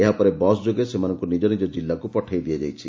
ଏହାପରେ ବସ୍ଯୋଗେ ସେମାନଙ୍କୁ ନିଜ ନିଜ ଜିଲ୍ଲାକୁ ପଠାଇ ଦିଆଯାଇଛି